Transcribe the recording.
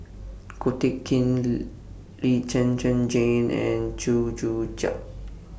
Ko Teck Kin Lee Zhen Zhen Jane and Chew Joo Chiat